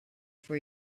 for